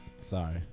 Sorry